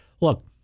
look